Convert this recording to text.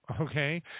okay